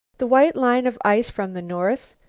the white line of ice from the north?